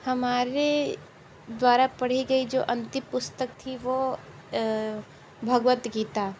हमारे द्वारा पढ़ी गई जो अंतिम पुस्तक थी वह भगवद्गीता